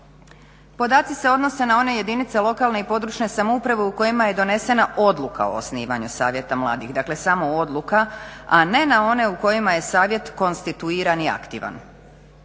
Podaci se odnose na one jedinice lokalne i područne samouprave u kojima je donesena odluka o osnivanju savjeta mladih, dakle samo odluka, a ne na one u kojima je savjet konstituiran i aktivan.